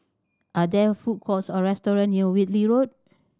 are there food courts or restaurant near Whitley Road